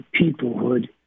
peoplehood